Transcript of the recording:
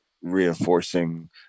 reinforcing